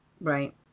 right